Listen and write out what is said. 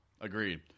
Agreed